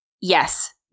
yes